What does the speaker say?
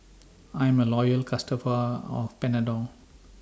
I'm A Loyal customer of Panadol